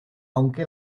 aunque